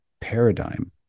paradigm